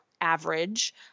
average